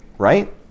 right